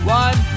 one